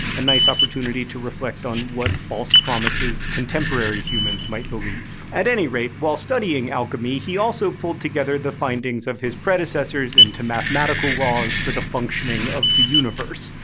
a nice opportunity to reflect on what false promises contemporary humans might believe. at any rate, while studying alchemy, he also pulled together the findings of his predecessors into mathematical laws for the functioning of the universe.